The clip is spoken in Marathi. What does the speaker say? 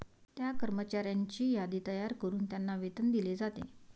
त्या कर्मचाऱ्यांची यादी तयार करून त्यांना वेतन दिले जाते